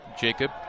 Jacob